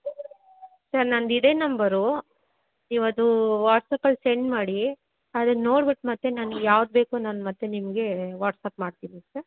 sir ನಂದು ಇದೇ number ನೀವು ಅದು ವಾಟ್ಸಪಲ್ಲಿ ಸೆಂಡ್ ಮಾಡಿ ಅದನ್ನ ನೋಡ್ಬಿಟ್ಟು ಮತ್ತೆ ನನಗ್ ಯಾವ್ದು ಬೇಕು ನಾನು ಮತ್ತೆ ನಿಮಗೆ ವಾಟ್ಸಪ್ ಮಾಡ್ತೀನಿ ಸರ್